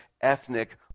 ethnic